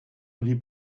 rieb